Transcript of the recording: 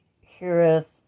heareth